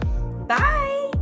bye